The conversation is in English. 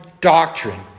doctrine